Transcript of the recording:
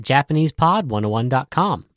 JapanesePod101.com